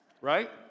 Right